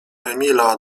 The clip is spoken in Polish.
emila